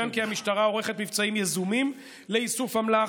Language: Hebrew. יצוין כי המשטרה עורכת מבצעים יזומים לאיסוף אמל"ח,